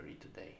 today